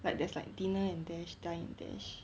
like there's like dinner and dash dine and dash